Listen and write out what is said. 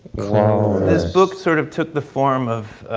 clover. this book sort of took the form of